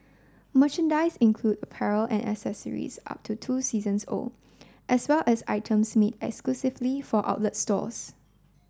merchandise include apparel and accessories up to two seasons old as well as items made exclusively for outlet stores